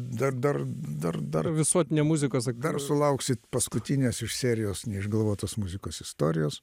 dar dar dar dar visuotinė muzikos dar lauksit paskutinės iš serijos neišgalvotos muzikos istorijos